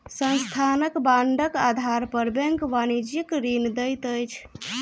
संस्थानक बांडक आधार पर बैंक वाणिज्यक ऋण दैत अछि